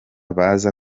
baza